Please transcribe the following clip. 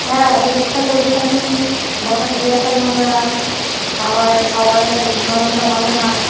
হ্যাঁ টেবিলটা পরিষ্কার নেই বসার চেয়ারটা নোংরা খাওয়ার খাবারের ধরনটা ভালো না